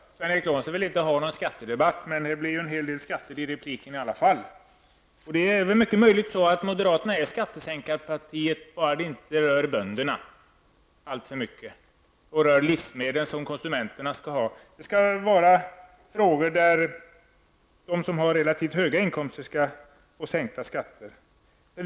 Fru talman! Sven Eric Lorentzon vill inte ha någon skattedebatt, men det blir en hel del om skatter i repliken i alla fall. Det är mycket möjligt att moderaterna är skattesänkarpartiet, så länge det inte allt för mycket berör bönderna och de livsmedel som går till konsumenterna. Skattesänkningarna skall göras på sådant sätt att de som har relativt höga inkomster får del av den.